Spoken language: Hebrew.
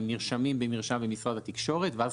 הם נרשמים במרשם במשרד התקשורת ואז